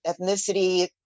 ethnicity